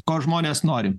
ko žmonės nori